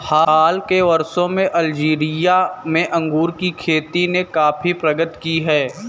हाल के वर्षों में अल्जीरिया में अंगूर की खेती ने काफी प्रगति की है